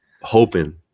hoping